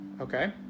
okay